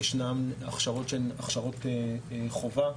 ישנן הכשרות שהן הכשרות חובה.